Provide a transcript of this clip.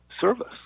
service